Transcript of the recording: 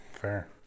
Fair